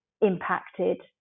impacted